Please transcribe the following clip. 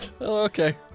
Okay